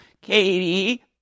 Katie